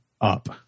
up